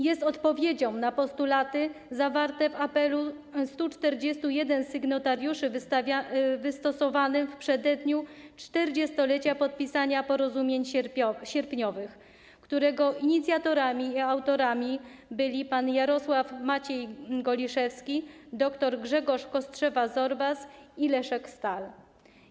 Jest on odpowiedzią na postulaty zawarte w apelu 141 sygnatariuszy wystosowanym w przededniu czterdziestolecia podpisania porozumień sierpniowych, którego inicjatorami i autorami byli panowie Jarosław Maciej Goliszewski, dr Grzegorz Kostrzewa-Zorbas i Leszek Stall.